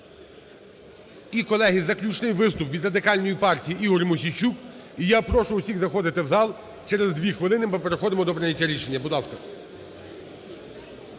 І, колеги, заключний виступ – від Радикальної партії Ігор Мосійчук. І я прошу усіх заходити в зал, через 2 хвилини ми переходимо до прийняття рішення. Будь ласка.